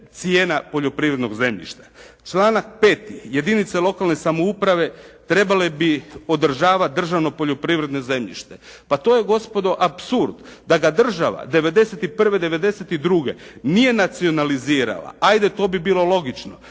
cijena poljoprivrednog zemljišta. Članak 5. jedinice lokalne samouprave trebale bi podržavati državno poljoprivredno zemljište. Pa to je gospodo apsurd. Da ga država 1991., 1992. nije nacionalizirala ajde to bi bilo logično.